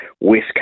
West